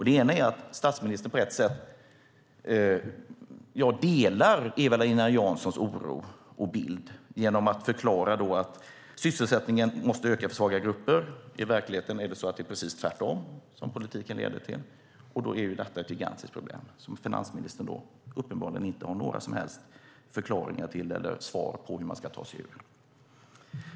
Det ena är att finansministern på ett sätt delar Eva-Lena Janssons oro och bild genom att förklara att sysselsättningen måste öka för svaga grupper. I verkligheten är det precis tvärtom. Då är detta ett gigantiskt problem som finansministern uppenbarligen inte har några som helst förklaringar till eller svar på hur man ska ta sig ur.